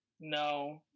No